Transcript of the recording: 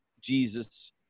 Jesus